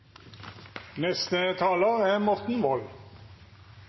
neste taler er